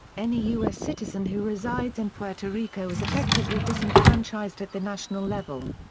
any u s. citizen who resides in puerto rico is effectively disenfranchised at the national level.